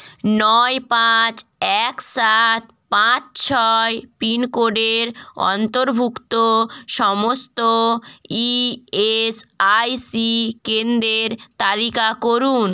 নয় পাঁচ এক সাত পাঁচ ছয় পিনকোডের অন্তর্ভুক্ত সমস্ত ই এস আই সি কেন্দ্রের তালিকা করুন